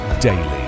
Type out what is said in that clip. daily